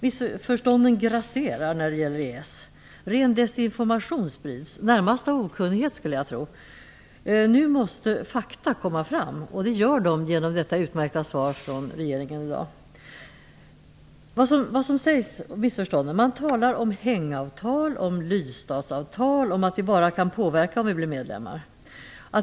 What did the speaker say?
Missförstånden grasserar när det gäller EES. Ren desinformation sprids, närmast av okunnighet skulle jag tro. Nu måste fakta komma fram, och det gör de genom detta utmärka svar från regeringen i dag. Man talar om hängavtal, om lydstatsavtal och om att vi bara kan påverka om vi blir medlemmar.